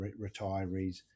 retirees